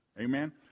Amen